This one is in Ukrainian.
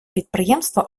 підприємства